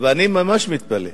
ואני ממש מתפלא: